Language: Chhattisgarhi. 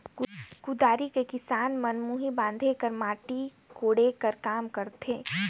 कुदारी ले किसान मन मुही बांधे कर, माटी कोड़े कर काम करथे